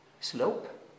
slope